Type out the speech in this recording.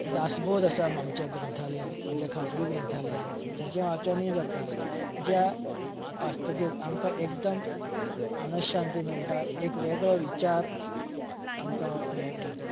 दासबोध आसा आमच्या ग्रंथालयांत म्हज्या खासगी ग्रंथालयांत जाचे वाचनय जाता ज्या वाचतगीर आमकां एकदम मनशांती मेळटा एक वेगळो विचार आमकां मेळटा